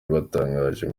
batangaje